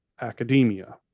academia